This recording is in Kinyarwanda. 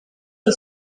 iyi